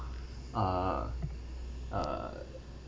uh uh